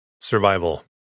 Survival